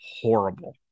horrible